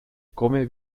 come